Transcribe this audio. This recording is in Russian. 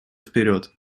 вперед